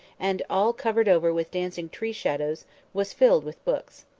and all covered over with dancing tree-shadows was filled with books.